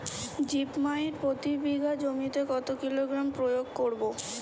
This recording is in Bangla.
জিপ মাইট প্রতি বিঘা জমিতে কত কিলোগ্রাম প্রয়োগ করব?